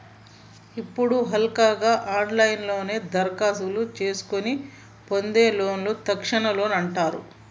ఇప్పుడు హల్కగా ఆన్లైన్లోనే దరఖాస్తు చేసుకొని పొందే లోన్లను తక్షణ లోన్ అంటారు